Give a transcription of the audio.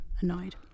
annoyed